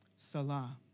Salah